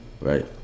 right